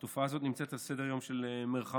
התופעה הזאת נמצאת על סדר-היום של מרחב